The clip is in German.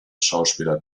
schauspieler